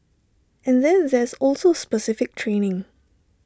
and then there's also specific training